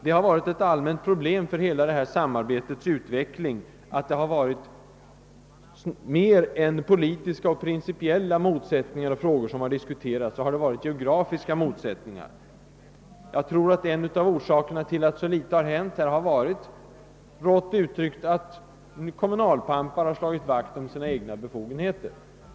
Det har varit ett allmänt problem för hela samarbetets utveckling att det mer gällt geografiska än politiska och principiella motsättningar. En av orsakerna till att så litet blivit gjort tror jag också har varit, rått uttryckt, att kommunalpamparna slagit vakt om sina egna befogenheter.